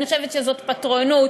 אני חושבת שזאת פטרונות,